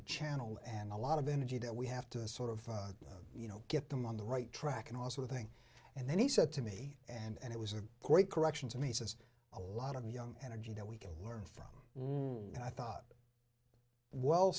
to channel and a lot of energy that we have to sort of you know get them on the right track and also the thing and then he said to me and it was a great correction to me says a lot of young energy that we can learn from and i thought well